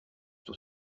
tout